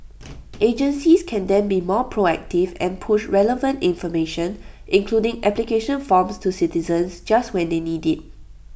agencies can then be more proactive and push relevant information including application forms to citizens just when they need IT